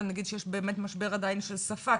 אבל נגיד שיש באמת משבר עדיין של שפה,